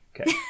Okay